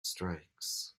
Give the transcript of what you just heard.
strikes